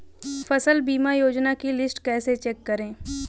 फसल बीमा योजना की लिस्ट कैसे चेक करें?